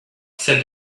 said